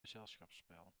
gezelschapsspel